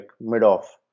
mid-off